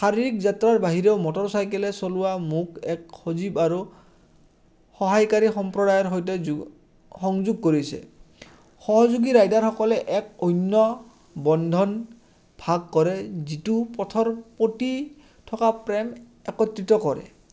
শাৰীৰিক যাত্ৰাৰ বাহিৰেও মটৰচাইকেলে চলোৱা মোক এক সজীৱ আৰু সহায়কাৰী সম্প্ৰদায়ৰ সৈতে যোগ সংযোগ কৰিছে সহযোগী ৰাইডাৰসকলে এক অন্য বন্ধন ভাগ কৰে যিটো পথৰ প্ৰতি থকা প্ৰেম একত্ৰিত কৰে